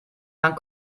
lang